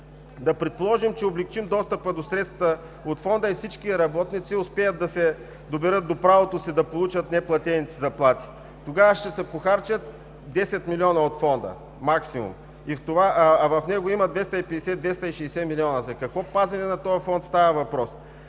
Да предположим, че облекчим достъпа до средства от Фонда и всички работници успеят да се доберат до правото си да получат неизплатените им заплати, тогава ще се похарчат максимум 10 милиона от фонда. В него има 250-260 милиона. За какво пазене на този Фонд става въпрос?